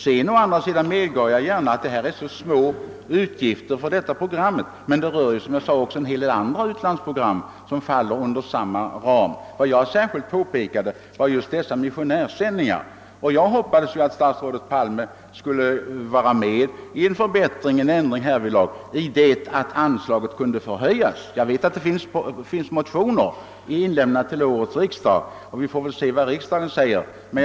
Å andra sidan medger jag gärna att det är små utgifter för dessa program, men — som jag sade — en hel del andra utlandsprogram faller inom samma ram. Vad jag särskilt pekat på är missionärssändningarna. Jag hoppades att statsrådet Palme skulle vara med om en förändring härvidlag i det att anslaget skulle kunna förhöjas. Jag vet att det har inlämnats motioner i denna riktning till årets riksdag, och vi får väl se vad utskott och kammare säger.